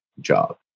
job